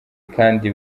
kandi